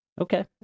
Okay